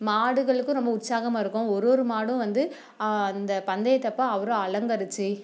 மாடுகளுக்கும் ரொம்ப உற்சாகமாக இருக்கும் ஒரு ஒரு மாடும் வந்து அந்த பந்தயத்தப்போ அவ்வளோ அலங்கரித்து